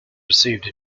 received